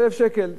זה החשבון.